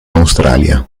australia